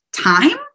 time